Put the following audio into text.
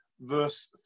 verse